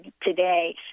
today